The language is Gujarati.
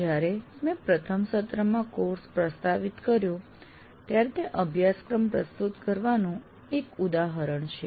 જ્યારે મેં પ્રથમ સત્રમાં કોર્સ પ્રસ્તાવિત કર્યો ત્યારે તે અભ્યાસક્રમ પ્રસ્તુત કરવાનું એક ઉદાહરણ છે